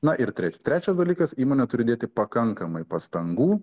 na ir tre trečias dalykas įmonė turi dėti pakankamai pastangų